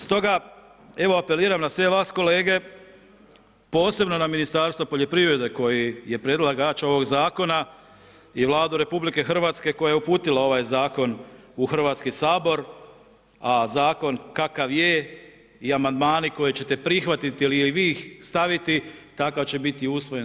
Stoga apeliram na sve vas kolege, posebno na Ministarstvo poljoprivrede koji je predlagača ovog Zakona i Vladu RH koja je uputila ovaj Zakon u Hrvatski sabor, a Zakon kakav je i amandmani koje ćete prihvatiti ili vi ih staviti, takav će biti usvojen.